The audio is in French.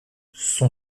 son